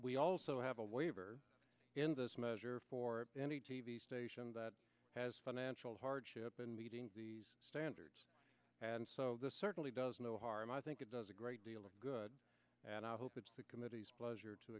we also have a waiver in this measure for any t v station that has financial hardship and meeting standards and so this certainly does no harm i think it does a great deal of good and i hope it's the committee's pleasure to